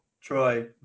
Troy